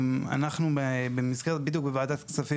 אנחנו במסגרת בידוק בוועדת הכספים